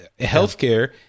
healthcare